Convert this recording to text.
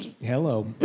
Hello